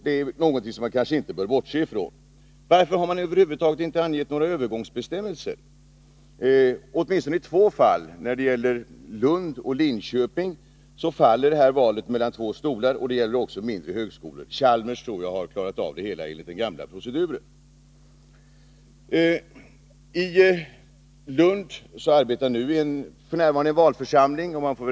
Det är någonting som man kanske inte bör bortse från. Varför har man över huvud taget inte utfärdat några övergångsbestämmelser? I åtminstone två fall — det gäller Lund och Linköping — faller det här rakt mellan två stolar. Det gäller också mindre högskolor — Chalmers tror jag har klarat av det enligt den gamla proceduren. I Lund arbetar f. n. en valförsamling.